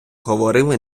говорили